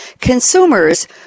Consumers